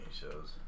shows